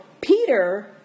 Peter